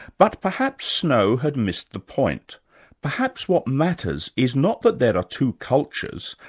but perhaps snow had missed the point perhaps what matters is not that there are two cultures,